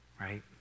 right